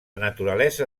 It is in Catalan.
naturalesa